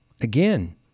Again